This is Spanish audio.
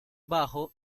bajo